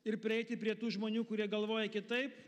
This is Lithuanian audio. ir prieiti prie tų žmonių kurie galvoja kitaip